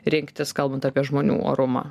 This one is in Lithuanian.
rinktis kalbant apie žmonių orumą